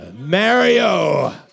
Mario